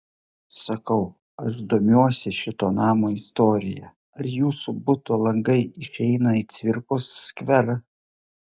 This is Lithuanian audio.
sakau aš domiuosi šito namo istorija ar jūsų buto langai išeina į cvirkos skverą